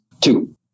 Two